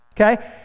okay